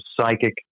psychic